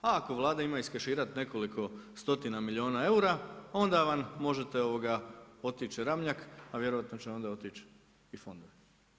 A ako Vlada ima iskeširati nekoliko stotina milijuna eura onda možete otići Ramljak, a vjerojatno će onda otići i fondovi.